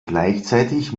gleichzeitig